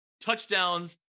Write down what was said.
touchdowns